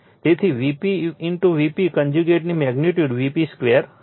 તેથી Vp Vp કન્જ્યુગેટની magnitude Vp2 હશે